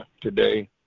today